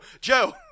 Joe